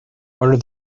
are